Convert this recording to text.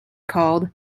called